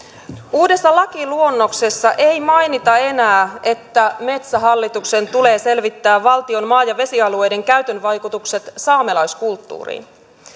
uudessa lakiluonnoksessa ei mainita enää että metsähallituksen tulee selvittää valtion maa ja vesialueiden käytön vaikutukset saamelaiskulttuuriin